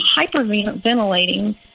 hyperventilating